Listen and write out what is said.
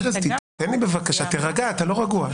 ארז, תירגע, אתה לא רגוע.